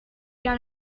got